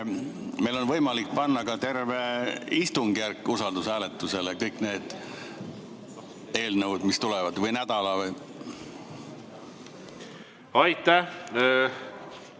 meil on võimalik panna ka terve istungjärk usaldushääletusele, kõik need eelnõud, mis tulevad, või nädala [omad]. Aitäh,